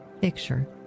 picture